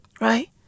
right